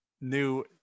new